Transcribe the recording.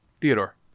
Theodore